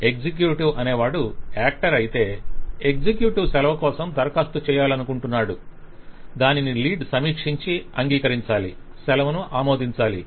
executive అనేవాడు actor అయితే executive సెలవు కోసం దరఖాస్తు చేయాలనుకుంటున్నాడు దానిని లీడ్ సమీక్షించి అంగీకరించాలి సెలవును ఆమోదించాలి